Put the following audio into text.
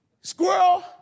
squirrel